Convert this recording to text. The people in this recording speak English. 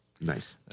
nice